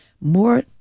More